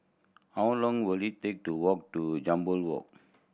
how long will it take to walk to Jambol Walk